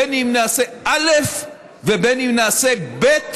בין אם נעשה א' ובין אם נעשה ב'